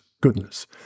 goodness